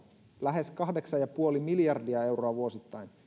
lähes kahdeksan pilkku viisi miljardia euroa vuosittain